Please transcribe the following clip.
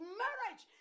marriage